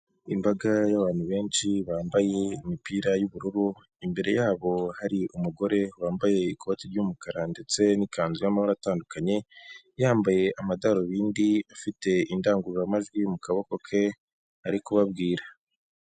Imbaga y'abantu benshi bambaye imipira y'ubururu, imbere yabo hari umugore wambaye ikoti ry'umukara ndetse n'ikanzu y'amabara atandukanye, yambaye amadarubindi afite indangururamajwi mu kaboko ke ari kubabwira.